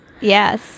Yes